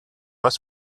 was